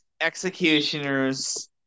executioners